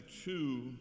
two